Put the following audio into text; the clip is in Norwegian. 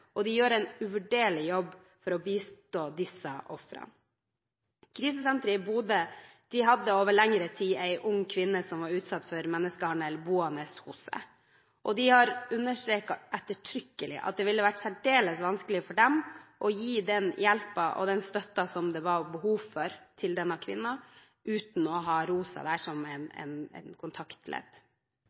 og de gjør en uvurderlig jobb for å bistå disse ofrene. Krisesenteret i Bodø hadde over lengre tid en ung kvinne som var utsatt for menneskehandel, boende hos seg, og de har understreket ettertrykkelig at det ville vært særdeles vanskelig for dem å gi den hjelpen og den støtten som det var behov for, til denne kvinnen, uten å ha ROSA der som et kontaktledd.